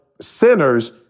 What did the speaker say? Sinners